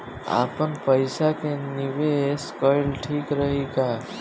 आपनपईसा के निवेस कईल ठीक रही का?